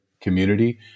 community